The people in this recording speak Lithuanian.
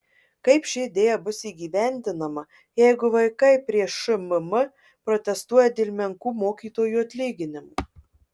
kaip ši idėja bus įgyvendinama jeigu vaikai prie šmm protestuoja dėl menkų mokytojų atlyginimų